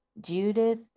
Judith